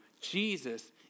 Jesus